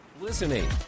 Listening